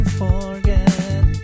forget